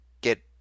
get